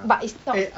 but it's not